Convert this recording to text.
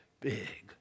big